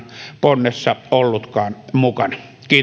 ponnessa ollutkaan mukana kiitos